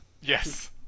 Yes